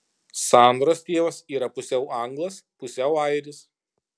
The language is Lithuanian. sandros tėvas yra pusiau anglas pusiau airis